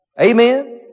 Amen